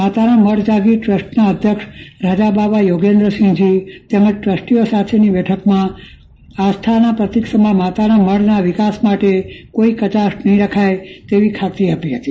માતાના મઢ જાગીર ટ્રસ્ટના અધ્યક્ષ રાજાબાવા યોગેન્દ્રસિંહજી તેમજ ટ્રસ્ટીઓ સાથેની બેઠકમાં આસ્થાના પ્રતિક સમા માતાના મઢ ના વિકાસ માટે કોઈ કચાસ નહિ રખાય એવી ખાતરી આપી હતી